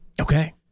Okay